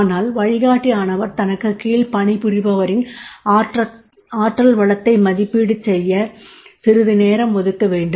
ஆனால் வழிகாட்டியானவர் தனக்கு கீழ்ப் பணிபுரிபவரின் ஆற்றல் வளத்தை மதிப்பீடு செய்ய சிறிது நேரம் ஒதுக்க வேண்டும்